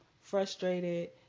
frustrated